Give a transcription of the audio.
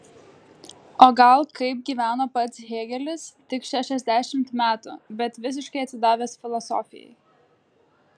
o gal kaip gyveno pats hėgelis tik šešiasdešimt metų bet visiškai atsidavę filosofijai